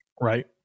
Right